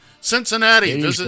Cincinnati